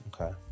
Okay